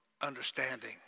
understanding